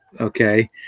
okay